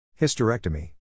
hysterectomy